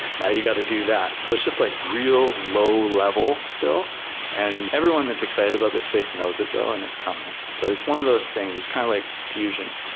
now you got to do that. so it's just like real low-level still and everyone that's excited about this space knows it though and it's coming. but it's one of those things, it's kind of like fusion.